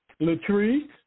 Latrice